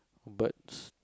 but s~